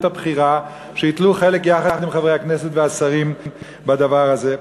הבכירה שייטלו חלק יחד עם חברי הכנסת והשרים בדבר הזה?